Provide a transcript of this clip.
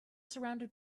surrounded